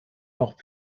noch